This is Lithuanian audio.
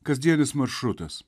kasdienis maršrutas